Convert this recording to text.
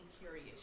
curious